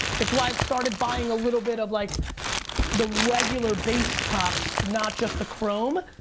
it's why i've started buying a little bit of like the regular base topps, not just the chrome.